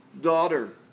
daughter